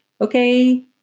Okay